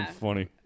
funny